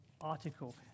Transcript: article